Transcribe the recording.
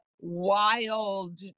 wild